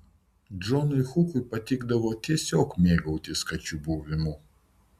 džonui hukui patikdavo tiesiog mėgautis kačių buvimu